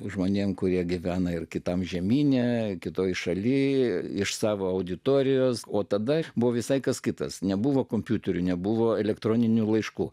žmonėms kurie gyvena ir kitam žemyne kitoje šalyje iš savo auditorijos o tada buvo visai kas kitas nebuvo kompiuterių nebuvo elektroninių laiškų